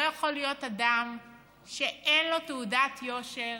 לא יכול להיות אדם שאין לו תעודת יושר